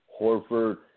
Horford